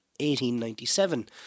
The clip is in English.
1897